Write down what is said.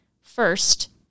first